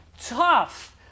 Tough